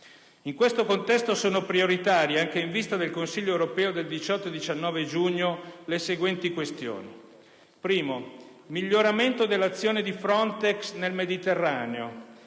In questo contesto, sono prioritarie, anche in vista del Consiglio europeo del 18 e 19 giugno, le seguenti questioni. Miglioramento dell'azione di FRONTEX nel Mediterraneo;